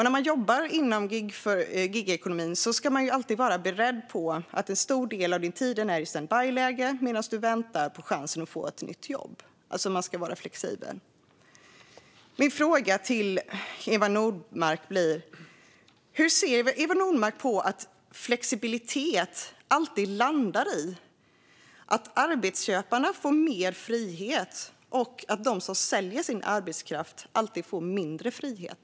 När man jobbar inom gigekonomin ska man alltid vara beredd på att en stor del av tiden är standby-läge medan man väntar på chansen att få ett nytt jobb. Man ska vara flexibel. Hur ser Eva Nordmark på att flexibilitet alltid landar i att arbetsköparna får mer frihet och att de som säljer sin arbetskraft alltid får mindre frihet?